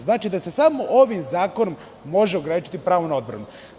Znači, da se samo ovim zakonom može ograničiti pravo na odbranu.